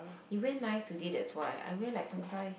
you wear nice today that's why I wear like pang-sai